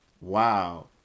wow